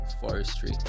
forestry